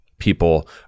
People